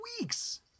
weeks